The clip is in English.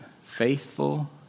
faithful